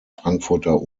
frankfurter